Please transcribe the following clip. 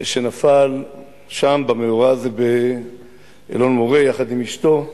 שנפל שם במאורע הזה באלון-מורה יחד עם אשתו,